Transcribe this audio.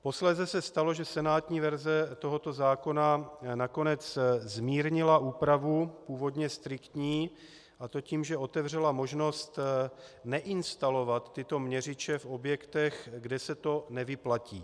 Posléze se stalo, že senátní verze tohoto zákona nakonec zmírnila úpravu, původně striktní, a to tím, že otevřela možnost neinstalovat tyto měřiče v objektech, kde se to nevyplatí.